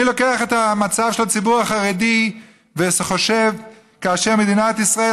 אני לוקח את המצב של הציבור החרדי וחושב שמדינת ישראל,